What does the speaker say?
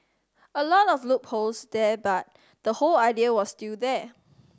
a lot of loopholes there but the whole idea was still there